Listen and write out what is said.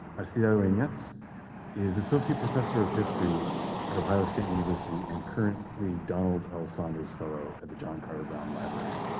alcira duenas is associate professor of history at ohio state university and currently donald l. saunders fellow at the john carter brown library.